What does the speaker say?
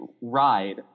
ride